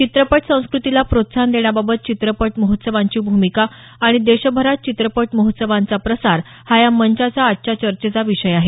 चित्रपट संस्कृतीला प्रोत्साहन देण्याबाबत चित्रपट महोत्सवांची भूमिका आणि देशभरात चित्रपट महोत्सवांचा प्रसार हा मंचाचा आजच्या चर्चेचा विषय आहे